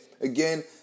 Again